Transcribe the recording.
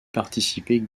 participer